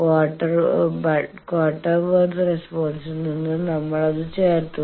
quarter worth റെസ്പോൺസിൽ നിന്ന് നമ്മൾ അത് ചേർത്തു